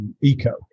Eco